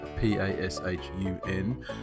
P-A-S-H-U-N